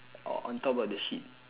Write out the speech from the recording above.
or on top of the sheet